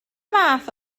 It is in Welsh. fath